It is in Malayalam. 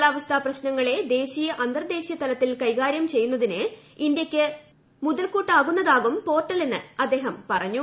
കാലാവസ്ഥാ പ്രശ്നങ്ങളെ ദേശീയ അന്തർദേശീയ തലത്തിൽ കൈകാര്യം ചെയ്യുന്നതിന് ഇന്ത്യയ്ക്ക് മുതൽക്കൂട്ടാകുന്നതാകും പോർട്ടലെന്ന് അദ്ദേഹം പറഞ്ഞു